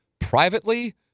privately